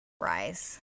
rise